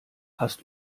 hast